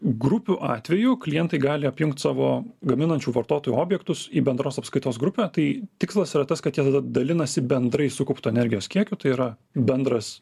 grupių atveju klientai gali apjungt savo gaminančių vartotojų objektus į bendros apskaitos grupę tai tikslas yra tas kad jie tada dalinasi bendrai sukauptu energijos kiekiu tai yra bendras